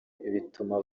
bituma